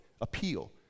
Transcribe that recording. appeal